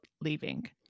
leaving